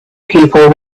people